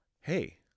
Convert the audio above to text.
Hey